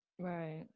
right